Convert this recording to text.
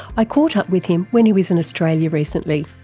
i caught up with him when he was in australia recently.